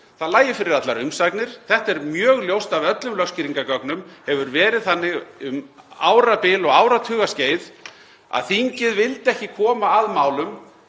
það lægju fyrir allar umsagnir. Þetta er mjög ljóst af öllum lögskýringargögnum, hefur verið þannig um árabil og áratugaskeið, að þingið vildi ekki koma að málum